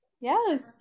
Yes